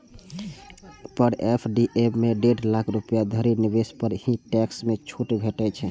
पर FD मे डेढ़ लाख रुपैया धरि निवेश पर ही टैक्स मे छूट भेटै छै